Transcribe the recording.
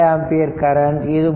2 ampere current